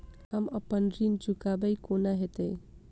हम अप्पन ऋण चुकाइब कोना हैतय?